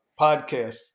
podcast